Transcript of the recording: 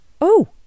Oh